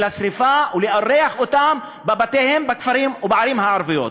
השרפה ולארח אותם בבתיהם בכפרים ובערים הערביות.